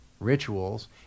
rituals